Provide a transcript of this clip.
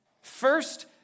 First